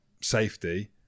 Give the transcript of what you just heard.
safety